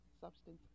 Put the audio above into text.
substance